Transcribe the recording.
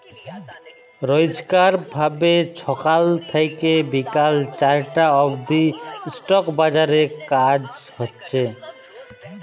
রইজকার ভাবে ছকাল থ্যাইকে বিকাল চারটা অব্দি ইস্টক বাজারে কাজ হছে